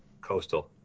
Coastal